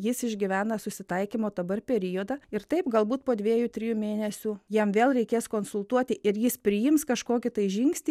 jis išgyvena susitaikymo dabar periodą ir taip galbūt po dviejų trijų mėnesių jam vėl reikės konsultuoti ir jis priims kažkokį tai žingsnį